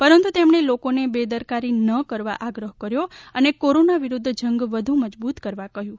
પરંતુ તેમણે લોકોને બેદરકારી ના કરવા આગ્રહ કર્યો અને કોરોના વિરુધ્ધ જંગ વધુ મજબુત કરવા કહયું